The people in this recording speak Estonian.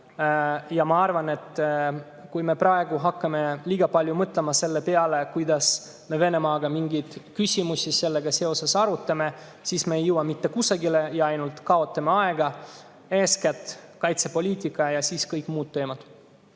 Ja ma arvan, et kui me praegu hakkame liiga palju mõtlema selle peale, kuidas me Venemaaga mingeid küsimusi sellega seoses arutame, siis me ei jõua mitte kusagile ja ainult kaotame aega. Eeskätt kaitsepoliitika ja siis kõik muud teemad.